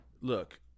look